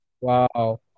Wow